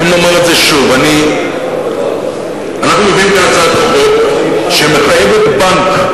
נאמר את זה שוב: אנחנו מביאים כאן הצעת חוק שמחייבת בנק,